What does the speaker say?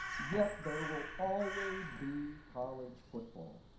yet, there will always be college football!